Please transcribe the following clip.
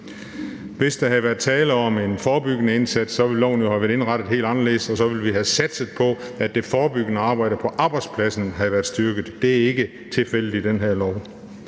Hvis der havde været tale om en forebyggende indsats, ville lovforslaget jo være indrettet helt anderledes, og så ville vi have satset på, at det forebyggende arbejde på arbejdspladsen havde været styrket. Det er ikke tilfældet i det her